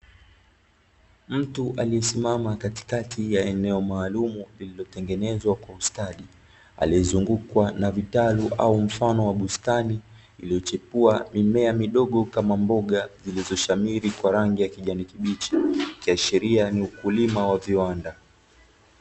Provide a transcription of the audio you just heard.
Mtu aliyesimama katikati ya eneo maalumu lililotengenezwa kwa ustadi, aliyezungukwa na vitalu au mfano wa bustani, iliyochipua mimea midogo kama mboga zilizoshamiri kwa rangi ya kijani kibichi, ikiashiria ni ukulima wa viwanda.